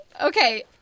Okay